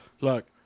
Look